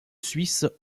suisse